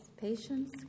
patience